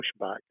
pushback